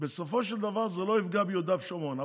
בסופו של דבר זה לא יפגע ביהודה ושומרון.